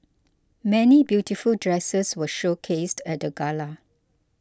many beautiful dresses were showcased at the gala